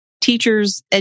teachers